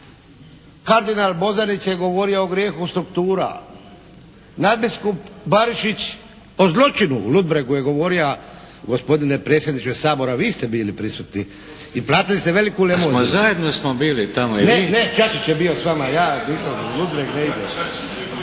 Kardinal Bozanić je govorio o grijehu struktura. Nadbiskup Barišić o zloćinu u Ludbregu je govorio gospodine predsjedniče Sabora vi ste bili prisutni i pratili ste veliku …/Govornik se ne razumije./… …/Predsjednik: Zajedno smo bili tamo./… … Ne, ne. Čačić je bio s vama. Ja nisam. Ludbreg nije.